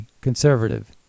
conservative